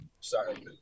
sorry